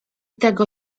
tego